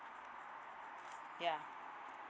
ya